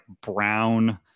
brown